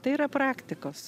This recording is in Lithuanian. tai yra praktikos